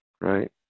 right